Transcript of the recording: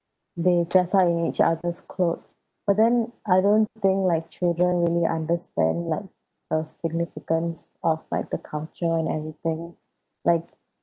they dress up in each other's clothes but then I don't think like children really understand like the significance of like the culture and everything like